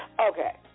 Okay